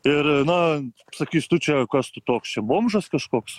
ir nu sakys tu čia kas tu toks čia bomžas kažkoks